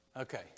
Okay